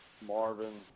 Marvin